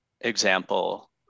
example